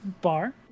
bar